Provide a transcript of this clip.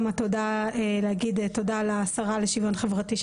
המקום להגיד את התודה לשרה לשוויון חברתי,